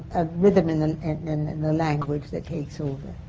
a rhythm in. and in. in the language that takes over.